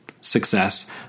Success